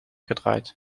gedraaid